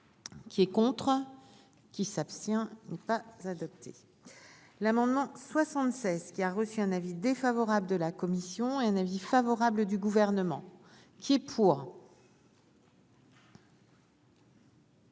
qui est contre qui s'abstient n'est pas adopté l'amendement 76 qui a reçu un avis défavorable de la commission et un avis favorable du gouvernement qui est pour.